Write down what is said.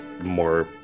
more